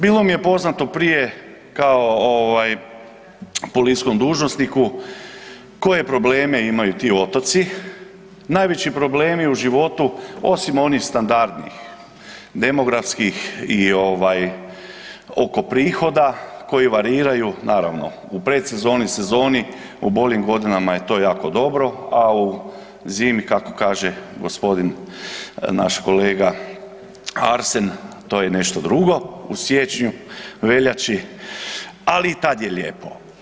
Bilo mi je poznato prije kao policijskom dužnosniku koje probleme imaju ti otoci, najveći problemi u životu osim onih standardnih demografskih i oko prihoda koji variraju naravno u predsezoni, sezoni u boljim godinama je to jako dobro, a zimi kako kaže g. naš kolega Arsen to je nešto drugo u siječnju, veljači, ali tad je lijepo.